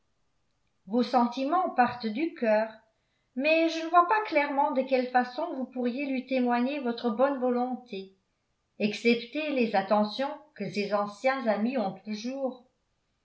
vos sentiments partent du cœur mais je ne vois pas clairement de quelle façon vous pourriez lui témoigner votre bonne volonté excepté les attentions que ses anciens amis ont toujours